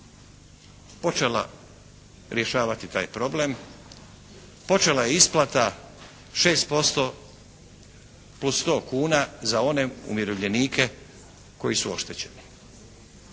počela rješavati taj problem, počela je isplata 6% plus 100 kuna za one umirovljenike koji su oštećeni.